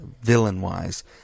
villain-wise